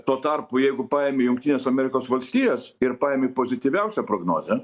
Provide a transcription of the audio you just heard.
tuo tarpu jeigu paimi jungtines amerikos valstijas ir paimi pozityviausią prognozę